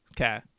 Okay